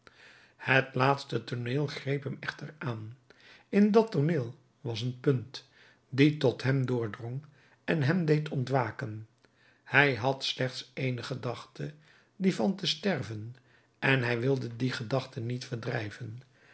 het laatste tooneel greep hem echter aan in dat tooneel was een punt die tot hem doordrong en hem deed ontwaken hij had slechts ééne gedachte die van te sterven en hij wilde die gedachte niet verdrijven